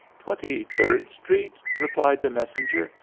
twenty-third street? replied the messenger,